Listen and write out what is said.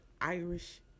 Irish